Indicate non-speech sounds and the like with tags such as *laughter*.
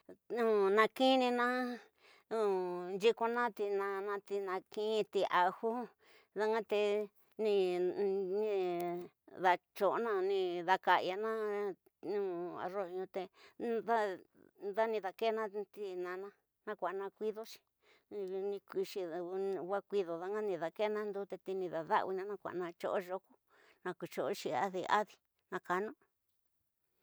*hesitation* nakinina *hesitation* nyikona tinaña tinaña ti ña danga tenda datyona datsoyona nu aru te, dani dakena tinaña ña kua dakidexiri tuxi, wa ñkido danga nda dakena ndote, te nda dawina ña kua datya yoto, naku tyo, oxi yoko adi, adi nakanú.